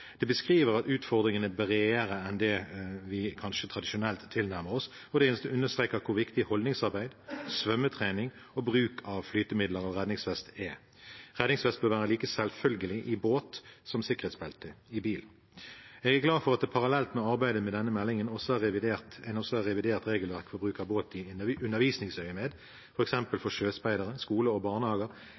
Det beskriver at utfordringen er bredere enn det vi kanskje tradisjonelt tilnærmer oss, og det understreker hvor viktig holdningsarbeid, svømmetrening og bruk av flytemidler og redningsvest er. Redningsvest bør være like selvfølgelig i båt som sikkerhetsbelte i bil. Jeg er glad for at parallelt med arbeidet med denne meldingen har en også revidert regelverket for bruk av båt i undervisningsøyemed, f.eks. for sjøspeidere, skoler og barnehager,